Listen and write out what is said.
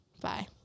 Bye